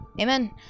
Amen